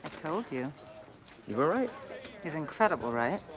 told you. you were right he's incredible, right?